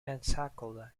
pensacola